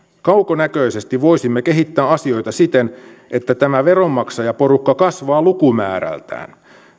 kaukonäköisesti voisimme kehittää asioita siten että tämä veronmaksajaporukka kasvaa lukumäärältään